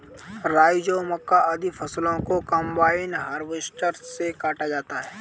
राई, जौ, मक्का, आदि फसलों को कम्बाइन हार्वेसटर से काटा जाता है